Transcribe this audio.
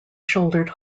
shouldered